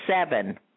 seven